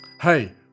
Hey